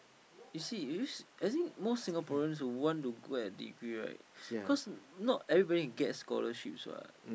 you see is as in most Singaporeans want to go at degree right cause not everybody can get scholarships what